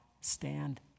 stand